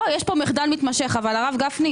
יש כאן מחדל מתמשך אבל הרב גפני,